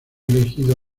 elegido